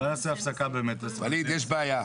יש בעיה.